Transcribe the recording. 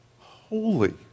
holy